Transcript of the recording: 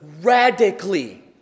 radically